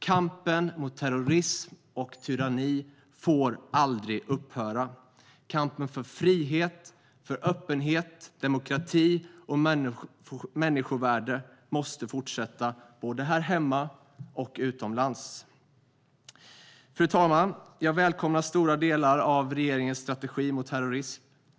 Kampen mot terrorism och tyranni får aldrig upphöra. Kampen för frihet, öppenhet, demokrati och människovärde måste fortsätta, både här hemma och utomlands. Fru talman! Jag välkomnar stora delar av regeringens strategi mot terrorism.